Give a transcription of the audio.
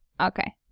Okay